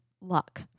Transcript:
luck